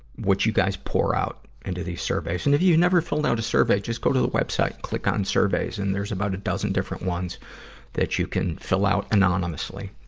what you guys pour out into these surveys. and if you never filled out a survey, just go to the web site. click on surveys, and there's about a dozen different ones that you can fill out anonymously.